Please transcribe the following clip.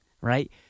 right